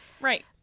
right